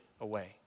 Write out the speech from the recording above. away